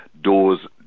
doors